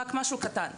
רק משהו קטן.